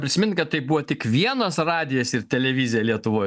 prisimint kad tai buvo tik vienas radijas ir televizija lietuvoj